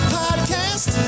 podcast